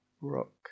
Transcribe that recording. rock